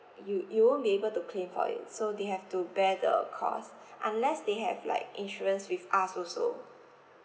you you won't be able to claim for it so they have to bear the cost unless they have like insurance with us also